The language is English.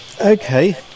Okay